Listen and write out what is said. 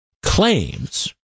claims